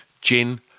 Gin